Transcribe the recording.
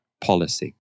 policy